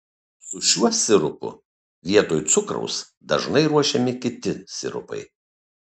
su šiuo sirupu vietoj cukraus dažnai ruošiami kiti sirupai